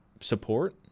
support